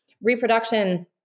reproduction